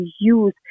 use